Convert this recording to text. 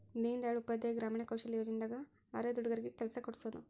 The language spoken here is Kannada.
ದೀನ್ ದಯಾಳ್ ಉಪಾಧ್ಯಾಯ ಗ್ರಾಮೀಣ ಕೌಶಲ್ಯ ಯೋಜನೆ ದಾಗ ಅರೆದ ಹುಡಗರಿಗೆ ಕೆಲ್ಸ ಕೋಡ್ಸೋದ